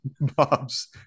Bob's